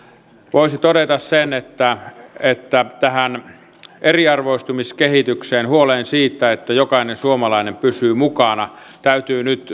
voisi todeta sen että että tähän eriarvoistumiskehitykseen huoleen siitä että jokainen suomalainen ei pysy mukana täytyy nyt